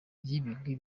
n’ibigwi